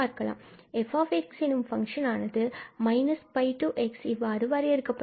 f எனும் function ஆனது −𝜋 and 𝑥 இவ்வாறு வரையறுக்கப்பட்டுள்ளது